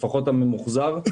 לפחות הממוחזר,